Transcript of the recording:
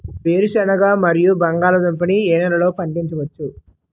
వేరుసెనగ మరియు బంగాళదుంప ని ఏ నెలలో పండించ వచ్చు?